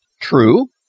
True